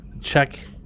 check